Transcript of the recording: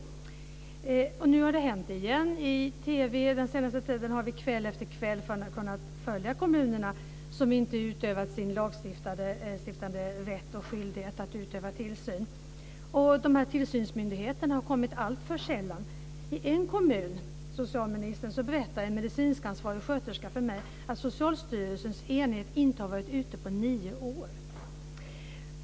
Nu har det hänt igen. Den senaste tiden har vi kväll efter kväll kunnat följa de kommuner som inte utövat den lagstiftade rätten och skyldigheten att utöva tillsyn. Tillsynsmyndigheterna har kommit alltför sällan. I en kommun, socialministern, berättade en medicinskt ansvarig sköterska för mig att Socialstyrelsens enhet inte har varit ute på nio år.